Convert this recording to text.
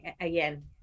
again